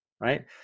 right